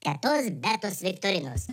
tetos betos viktorinos